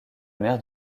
mer